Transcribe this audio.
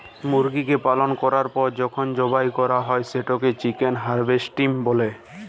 মুরগিকে পালল ক্যরার পর যখল জবাই ক্যরা হ্যয় সেটকে চিকেল হার্ভেস্টিং ব্যলে